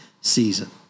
season